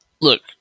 look